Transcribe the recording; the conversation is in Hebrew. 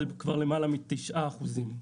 זה כבר למעלה מתשעה אחוזים,